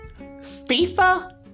FIFA